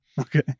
Okay